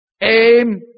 aim